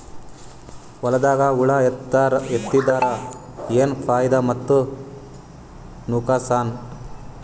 ಹೊಲದಾಗ ಹುಳ ಎತ್ತಿದರ ಏನ್ ಫಾಯಿದಾ ಮತ್ತು ನುಕಸಾನ?